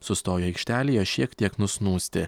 sustojo aikštelėje šiek tiek nusnūsti